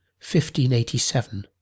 1587